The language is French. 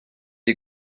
est